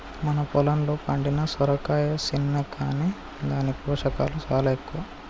మన పొలంలో పండిన సొరకాయ సిన్న కాని దాని పోషకాలు సాలా ఎక్కువ